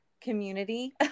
community